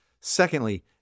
Secondly